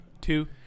two